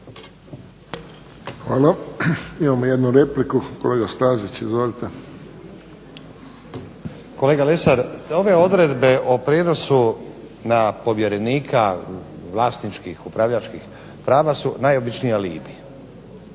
Hvala. Imamo jednu repliku. Kolega Stazić, izvolite. **Stazić, Nenad (SDP)** Kolega Lesar, da ove odredbe o prijenosu na povjerenika vlasničkih, upravljačkih prava su najobičniji alibi,